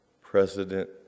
president